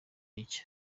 nshya